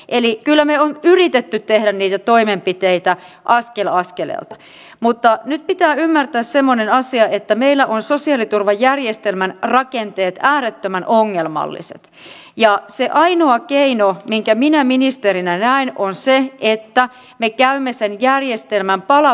vaadittavat perustaidot on opittu jo peruskoulussa uudistettujen opetusmenetelmien ansiosta nykyaikaisia menetelmiä käyttäen ja kustannustehokkaasti jolloin nuorilla on hyvä pohja uuden tiedon ja se ainoa keino mikä minä ministerinä näen on se että taitojen omaksumiselle jo ammattiin opiskellessa